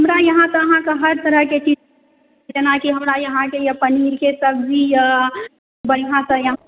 हमरा यहाँ तऽ अहाँके हर तरहके चीज जेनाकि हमरा यहाँ अहाँके अइ पनीरके सब्जी तऽ बढ़िआँ